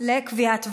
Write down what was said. לקביעת ועדה.